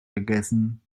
gegessen